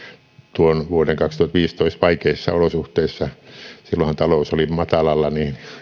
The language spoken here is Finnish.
tuon vuoden kaksituhattaviisitoista vaikeissa olosuhteissa silloinhan talous oli matalalla